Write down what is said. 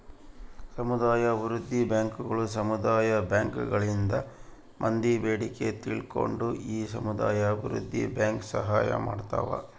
ಸಮುದಾಯ ಅಭಿವೃದ್ಧಿ ಬ್ಯಾಂಕುಗಳು ಸಮುದಾಯ ಬ್ಯಾಂಕ್ ಗಳಿಂದ ಮಂದಿ ಬೇಡಿಕೆ ತಿಳ್ಕೊಂಡು ಈ ಸಮುದಾಯ ಅಭಿವೃದ್ಧಿ ಬ್ಯಾಂಕ್ ಸಹಾಯ ಮಾಡ್ತಾವ